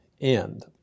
end